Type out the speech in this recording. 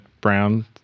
brown